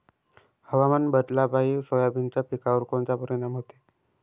हवामान बदलापायी सोयाबीनच्या पिकावर कोनचा परिणाम होते?